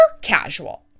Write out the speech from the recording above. casual